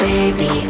Baby